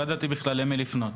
לא ידעתי בכלל למי לפנות.